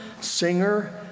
singer